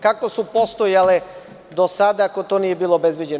Kako su postojale do sada, ako to nije obezbeđeno?